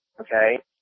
Okay